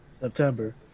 September